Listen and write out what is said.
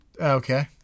Okay